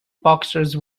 boxers